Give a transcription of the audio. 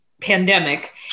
pandemic